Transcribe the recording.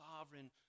sovereign